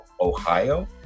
Ohio